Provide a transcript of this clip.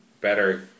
better